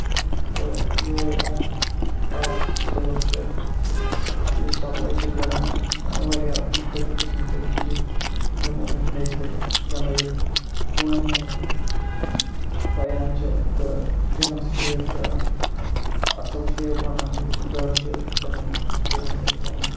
تہٕ یِہوے اکھ آرت سِٹور چھُ یُس سَپلے چھُ کران واریاہ مُختلِف قٔسمہٕ کیٚو چیٖز یِم یِمو میٚژِ سۭتۍ بَنٲیِتھ کوِنٛدِ منٛز پَیان چھِ تہٕ تِہنٛز شیپ چھےٚ اکھ اَصٕل شیپ بَنان یُس نہٕ دٔر شیپ چھِ تِمَن تَمے سۭتۍ بَنان